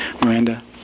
Miranda